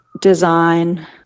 design